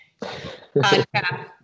podcast